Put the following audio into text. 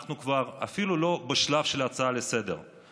אנחנו אפילו לא בשלב של הצעה לסדר-היום,